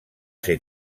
ser